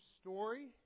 story